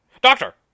Doctor